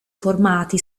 formati